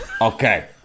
Okay